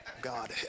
God